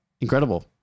incredible